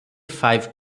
five